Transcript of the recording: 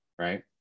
right